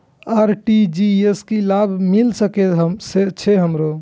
RTGS से की लाभ मिल सके छे हमरो?